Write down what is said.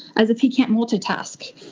as if he can't multitask,